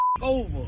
over